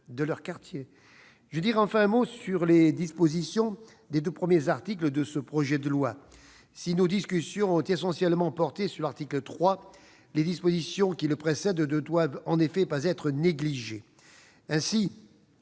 Je dirai un mot enfin des dispositions des deux premiers articles de ce projet de loi. Si nos discussions ont essentiellement porté sur l'article 3, les dispositions qui le précèdent ne doivent en effet pas être négligées.